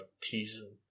teasing